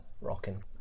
rocking